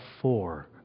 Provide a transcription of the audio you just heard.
four